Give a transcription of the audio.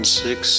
six